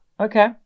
Okay